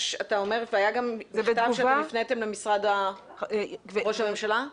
היה גם מכתב שאתם הפניתם למשרד ראש הממשלה?